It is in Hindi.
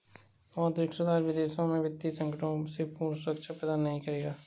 मौद्रिक सुधार विदेशों में वित्तीय संकटों से पूर्ण सुरक्षा प्रदान नहीं करेगा